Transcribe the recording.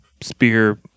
spear